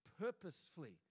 purposefully